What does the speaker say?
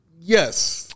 Yes